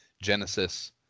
Genesis